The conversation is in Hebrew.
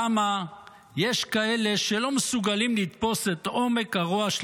למה יש כאלה שלא מסוגלים לתפוס את עומק הרוע של